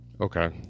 Okay